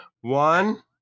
one